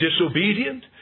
disobedient